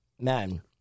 Man